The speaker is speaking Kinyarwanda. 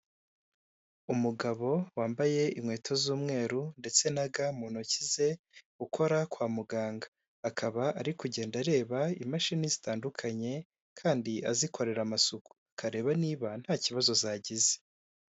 Umugabo wambaye inkweto z'umweru ndetse na ga mu ntoki ze ukora kwa muganga, akaba ari kugenda areba imashini zitandukanye kandi azikorera amasuku, akareba niba nta kibazo zagize.